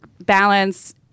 balance